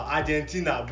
Argentina